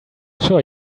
sure